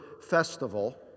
festival